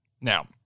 Now